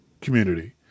community